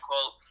quote